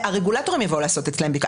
הרגולטורים יבואו לעשות אצלם בדיקה.